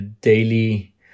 daily